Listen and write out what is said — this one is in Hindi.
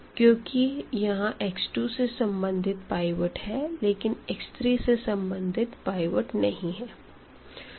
क्योंकि यहाँ x2से संबंधित पाइवट है लेकिन x3से संबंधित पाइवट नहीं है